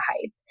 height